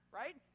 right